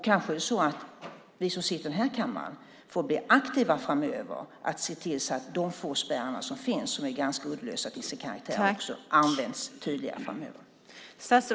Kanske är det så att vi som sitter i den här kammaren får bli aktiva framöver i att se till att de få spärrar som finns - uddlösa till sin karaktär - används tydligare framöver.